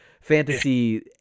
fantasy